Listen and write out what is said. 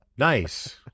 Nice